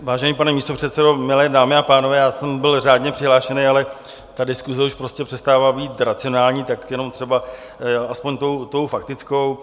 Vážený pane místopředsedo, milé dámy a pánové, já jsem byl řádně přihlášen, ale ta diskuse už prostě přestává být racionální, tak jenom třeba aspoň tou faktickou.